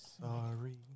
sorry